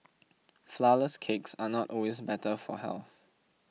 Flourless Cakes are not always better for health